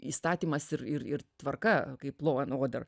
įstatymas ir ir tvarka kaip loan oder